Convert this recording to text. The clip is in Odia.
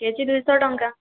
କେଜି ଦୁଇଶହ ଟଙ୍କା